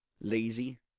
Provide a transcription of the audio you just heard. Lazy